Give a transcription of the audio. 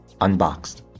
Unboxed